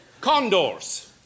Condors